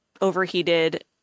overheated